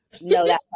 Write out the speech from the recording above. No